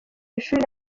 ishuri